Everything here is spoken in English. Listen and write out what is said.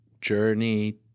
journey